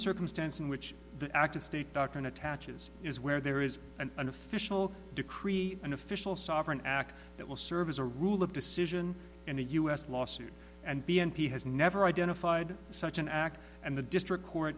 circumstance in which the active state doctrine attaches is where there is an unofficial to create an official sovereign act that will serve as a rule of decision in the u s lawsuit and beyond he has never identified such an act and the district court